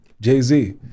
jay-z